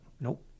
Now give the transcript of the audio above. Nope